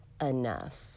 enough